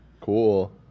Cool